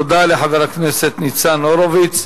תודה לחבר הכנסת ניצן הורוביץ.